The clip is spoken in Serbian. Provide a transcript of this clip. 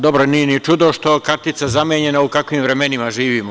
Dobro, nije ni čudo što je kartica zamenjena u kakvim vremenima živimo.